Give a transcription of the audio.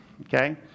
okay